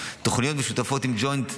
תוכניות משותפות עם הג'וינט,